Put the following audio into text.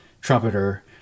trumpeter